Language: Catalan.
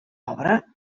obra